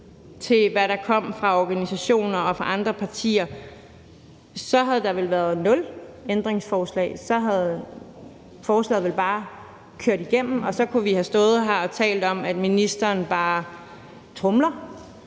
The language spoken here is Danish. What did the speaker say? til, hvad der kom fra organisationer og fra andre partier, så havde der vel været nul ændringsforslag. Så var forslaget vel bare kørt igennem, og så kunne vi have stået her og talt om, at ministeren bare tromler.